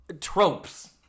tropes